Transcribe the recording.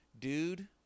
Dude